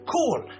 Cool